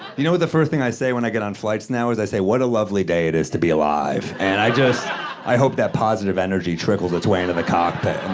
you know what the first thing i say when i get on flights now is i say, what a lovely day it is to be alive, and i just hope that positive energy trickles it way into the cockpit, and